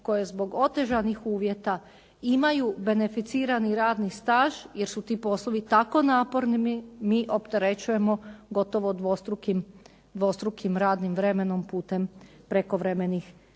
koje zbog otežanih uvjeta imaju beneficirani radni staž jer su ti poslovi tako naporni, mi opterećujemo gotovo dvostrukim radnim vremenom putem prekovremenih